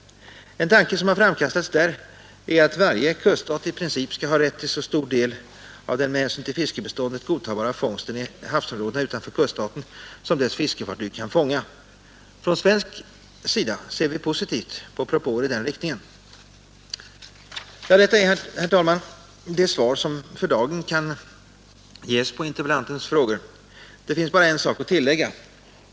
En tanke som framkastats är att varje kuststat i princip skall ha rätt till så stor del av den med hänsyn till fiskbeståndet godtagbara fångsten i havsområdena utanför kuststaten som dess fiskefartyg kan fånga. Från svensk sida ser vi positivt på propåer i denna riktning. Detta är, herr talman, det svar som för dagen kan ges på interpellantens frågor. Det finns bara en sak att tillägga.